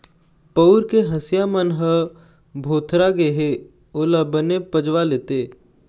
पउर के हँसिया मन ह भोथरा गे हे ओला बने पजवा लेते